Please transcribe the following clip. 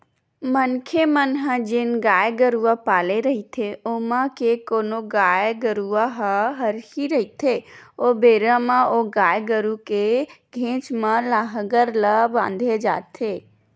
मनखे मन ह जेन गाय गरुवा पाले रहिथे ओमा के कोनो गाय गरुवा ह हरही रहिथे ओ बेरा म ओ गाय गरु के घेंच म लांहगर ला बांधे जाथे